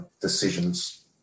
decisions